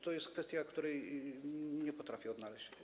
To jest kwestia, której nie potrafię odnaleźć.